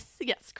Yes